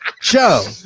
show